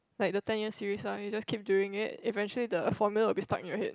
like the ten year series one you just keep doing it eventually the formula will be stuck in your head